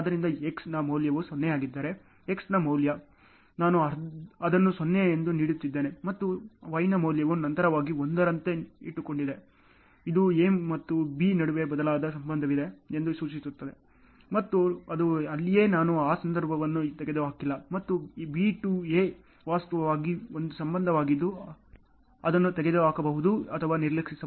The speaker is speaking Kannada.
ಆದ್ದರಿಂದ X ನ ಮೌಲ್ಯವು 0 ಆಗಿದ್ದರೆ X ನ ಮೌಲ್ಯ ನಾನು ಅದನ್ನು 0 ಎಂದು ನೀಡುತ್ತಿದ್ದೇನೆ ಮತ್ತು Y ಮೌಲ್ಯವು ನಿರಂತರವಾಗಿ 1 ರಂತೆ ಇಟ್ಟುಕೊಂಡಿದೆ ಇದು A ಮತ್ತು B ನಡುವೆ ಬಲವಾದ ಸಂಬಂಧವಿದೆ ಎಂದು ಸೂಚಿಸುತ್ತದೆ ಮತ್ತು ಅದು ಅಲ್ಲಿಯೇ ನಾನು ಆ ಸಂಬಂಧವನ್ನು ತೆಗೆದುಹಾಕಿಲ್ಲ ಮತ್ತು B ಟು A ವಾಸ್ತವವಾಗಿ ಒಂದು ಸಂಬಂಧವಾಗಿದ್ದು ಅದನ್ನು ತೆಗೆದುಹಾಕಬಹುದು ಅಥವಾ ನಿರ್ಲಕ್ಷಿಸಬಹುದು